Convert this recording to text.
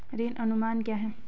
ऋण अनुमान क्या है?